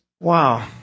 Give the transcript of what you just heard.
Wow